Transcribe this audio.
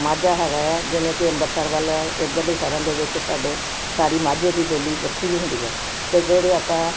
ਮਾਝਾ ਹੈਗਾ ਆ ਜਿਵੇਂ ਕਿ ਅੰਬਰਸਰ ਵੱਲ ਐ ਇਧਰਲੇ ਸ਼ਹਿਰਾਂ ਦੇ ਵਿੱਚ ਸਾਡੇ ਸਾਰੀ ਮਾਝੇ ਦੀ ਬੋਲੀ ਵੱਖਰੀ ਹੁੰਦੀ ਹੈ ਤੇ ਜਿਹੜੇ ਆਪਾਂ